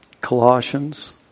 Colossians